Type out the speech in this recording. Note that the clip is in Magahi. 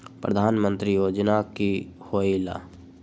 प्रधान मंत्री योजना कि होईला?